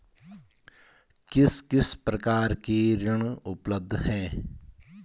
किस किस प्रकार के ऋण उपलब्ध हैं?